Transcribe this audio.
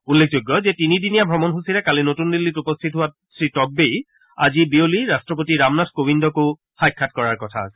উল্লেখযোগ্য যে তিনিদিনীয়া ভ্ৰমণসূচীৰে কালি নতুন দিল্লীত উপস্থিত হোৱা শ্ৰীটব্গেই আজি বিয়লি ৰাষ্ট্ৰপতি ৰামনাথ কোৱিন্দকো সাক্ষাৎ কৰাৰ কথা আছে